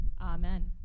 Amen